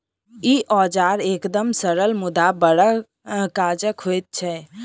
ई औजार एकदम सरल मुदा बड़ काजक होइत छै